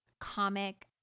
comic